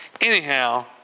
Anyhow